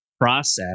process